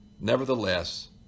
Nevertheless